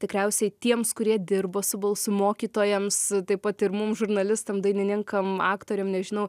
tikriausiai tiems kurie dirbo su balsu mokytojams taip pat ir mum žurnalistam dainininkam aktoriam nežinau